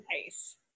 Nice